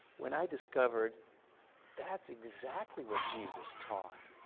when i discovered that's exactly what jesus taught.